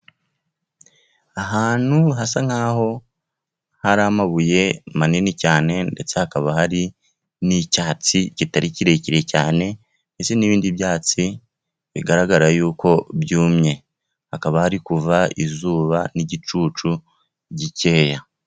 Ahantu hasa nkaho hari amabuye manini cyane, ndetse hakaba hari n'icyatsi kitari kirekire cyane, mbese n'ibindi byatsi bigaragara yuko byumye, hakaba hari kuva izuba n'igicucu gikeya.